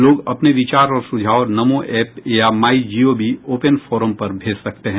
लोग अपने विचार और सुझाव नमो ऐप या माई जीओवी ओपन फोरम पर भेज सकते हैं